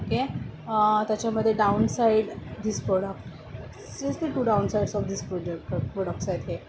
okay त्याच्यामध्ये downside this products two downsides of this product products आहेत